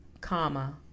comma